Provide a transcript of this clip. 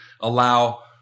allow